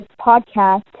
podcast